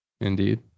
Indeed